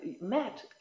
Matt